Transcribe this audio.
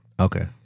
Okay